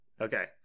Okay